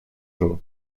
jaune